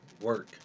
work